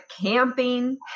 camping